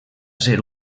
ser